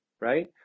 right